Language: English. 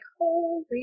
holy